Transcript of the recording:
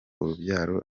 urubyaro